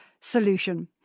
solution